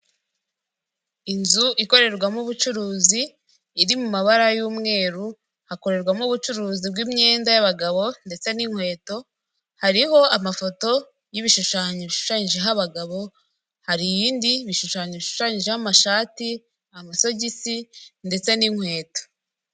Inzu ikorerwamo ubucuruzi, iri mu mabara y'umweru, hakorerwamo ubucuruzi bw'imyenda y'abagabo ndetse n'inkweto, hariho amafoto y'ibishushanyo bishushanyijeho abagabo, hari ibindi bishushanyo bishushanyijeho amashati, amasogisi ndetse n'inkweto.